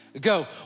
go